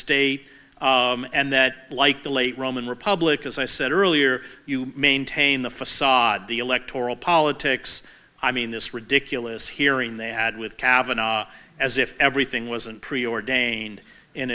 state and that like the late roman republic as i said earlier you maintain the facade the electoral politics i mean this ridiculous hearing they had with kavanagh as if everything wasn't preordained in